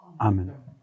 Amen